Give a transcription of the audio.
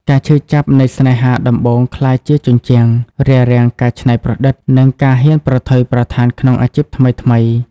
ការឈឺចាប់នៃស្នេហាដំបូងក្លាយជា "ជញ្ជាំង" រារាំងការច្នៃប្រឌិត និងការហ៊ានប្រថុយប្រថានក្នុងអាជីពថ្មីៗ។